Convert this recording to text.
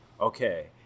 okay